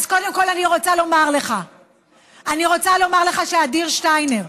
קודם כול, אני רוצה לומר לך שאדיר שטיינר,